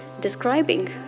describing